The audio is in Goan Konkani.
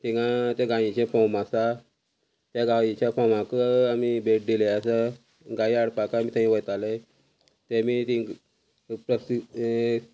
तिंगा तें गायीचे फोम आसा त्या गायीच्या फोमाक आमी भेट दिले आसा गायी हाडपाक आमी थंय वयताले तेमी तिंग प्रत्येक